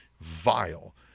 vile